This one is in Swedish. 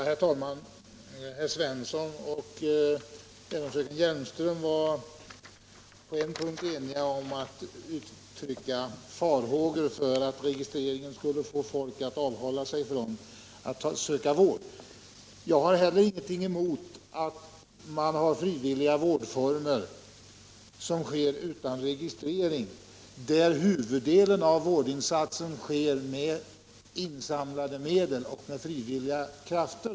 Herr talman! Herr Svensson i Kungälv och även fröken Hjelmström uttryckte farhågor för att registreringen skulle få människor att avhålla sig från att söka vård. Jag har heller ingenting emot att det förekommer frivillig vård som ges utan registrering och där huvuddelen av vårdinsatserna sker med hjälp av insamlade medel och frivilliga krafter.